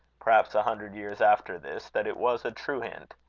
perhaps a hundred years after this, that it was a true hint.